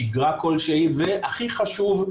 שגרה כלשהי והכי חשוב,